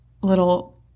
little